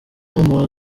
umuntu